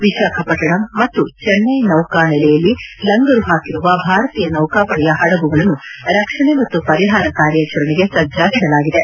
ವಿಶಾಖಪಟ್ಟಣಂ ಮತ್ತು ಚೆನ್ನೈ ನೌಕಾ ನೆಲೆಯಲ್ಲಿ ಲಂಗರು ಹಾಕಿರುವ ಭಾರತೀಯ ನೌಕಾಪಡೆಯ ಹಡಗುಗಳನ್ನು ರಕ್ಷಣೆ ಮತ್ತು ಪರಿಹಾರ ಕಾರ್ಯಾಚರಣೆಗೆ ಸಜ್ಜಾಗಿಡಲಾಗಿದೆ